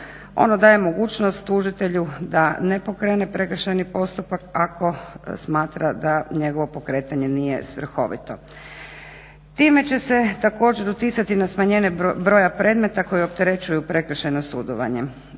Ono daje mogućnost tužitelju da ne pokrene prekršajni postupak ako smatra da njegovo pokretanje nije svrhovito. Time će se također utjecati na smanjenje broja predmeta koji opterećuju prekršajno sudovanje.